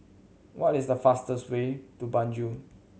what is the fastest way to Banjul